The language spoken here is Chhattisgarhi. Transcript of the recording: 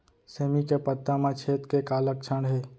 सेमी के पत्ता म छेद के का लक्षण हे?